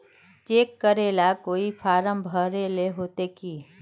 Cheque करेला कोई form भरेले होते की?